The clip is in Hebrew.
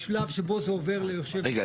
בשלב שבו זה עובר ליושב ראש המטה הארצי --- רגע,